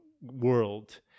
world